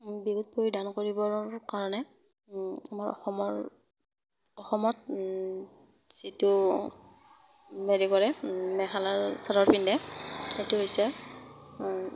বিহুত পৰিধান কৰিবৰ কাৰণে আমাৰ অসমৰ অসমত যিটো হেৰি কৰে মেখেলা চাদৰ পিন্ধে সেইটো হৈছে